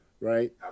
right